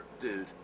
dude